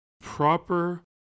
proper